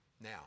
Now